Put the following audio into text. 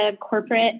corporate